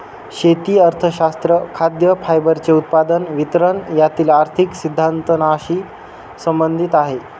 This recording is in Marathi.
शेती अर्थशास्त्र खाद्य, फायबरचे उत्पादन, वितरण यातील आर्थिक सिद्धांतानशी संबंधित आहे